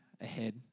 ahead